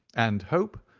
and hope,